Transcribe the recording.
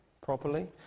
properly